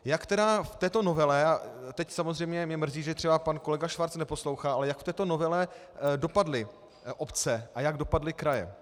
Jak tedy v této novele a teď mě samozřejmě mrzí, že třeba pan kolega Schwarz neposlouchá ale jak v této novele dopadly obce a jak dopadly kraje?